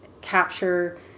capture